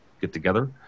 get-together